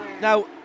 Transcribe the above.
Now